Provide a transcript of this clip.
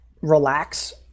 relax